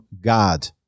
God